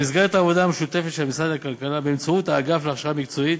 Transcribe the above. במסגרת העבודה המשותפת של משרד הכלכלה באמצעות האגף להכשרה מקצועית